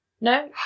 No